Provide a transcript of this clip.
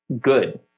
good